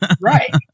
Right